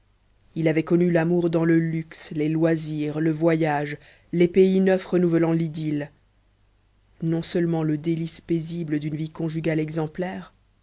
il avait connu l'amour dans le luxe les loisirs le voyage les pays neufs renouvelant l'idylle non seulement le délice paisible d'une vie conjugale exemplaire